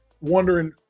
wondering